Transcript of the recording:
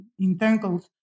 entangled